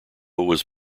was